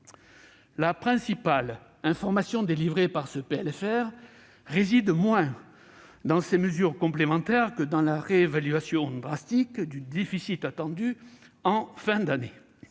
La principale information délivrée par ce texte réside moins dans ces mesures complémentaires que dans la réévaluation drastique du déficit attendu en fin d'année,